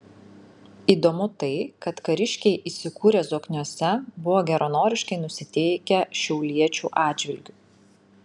įdomu tai kad kariškiai įsikūrę zokniuose buvo geranoriškai nusiteikę šiauliečių atžvilgiu